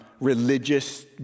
religious